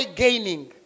gaining